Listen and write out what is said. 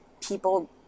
people